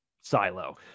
silo